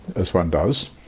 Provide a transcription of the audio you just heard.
as one does,